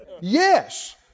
Yes